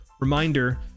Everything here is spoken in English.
reminder